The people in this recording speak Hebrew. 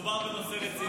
מדובר בנושא רציני.